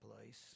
place